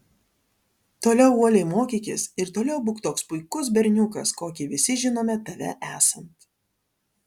toliau uoliai mokykis ir toliau būk toks puikus berniukas kokį visi žinome tave esant